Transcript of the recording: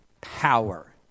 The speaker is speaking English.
power